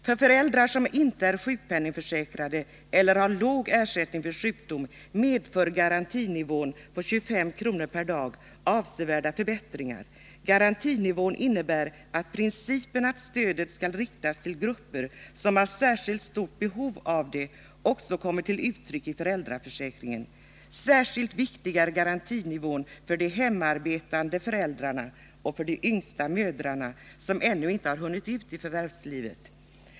För föräldrar som inte är sjukpenningförsäkrade eller har låg ersättning vid sjukdom medför garantinivån på 25 kronor per dag avsevärda förbättringar. Garantinivån innebär att principen att stödet skall riktas till grupper som har särskilt stort behov av det också kommer till uttryck i föräldraförsäkringen. Särskilt viktig är garantinivån för de hemarbetande föräldrarna och för de yngsta mödrarna, som ännu inte har hunnit ut i förvärvslivet.